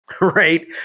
right